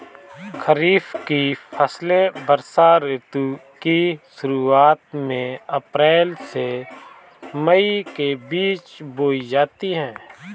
खरीफ की फसलें वर्षा ऋतु की शुरुआत में अप्रैल से मई के बीच बोई जाती हैं